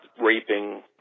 raping